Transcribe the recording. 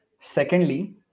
secondly